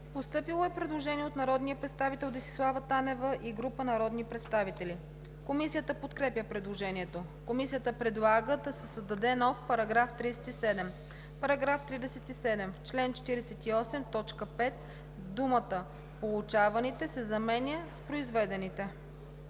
Постъпило е предложение от народния представител Десислава Танева и група народни представители. Комисията подкрепя предложението. Комисията предлага да се създаде нов § 37: „§ 37. В чл. 48, т. 5 думата „получаваните“ се заменя с „произведените“.“